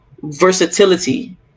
versatility